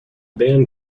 band